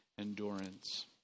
endurance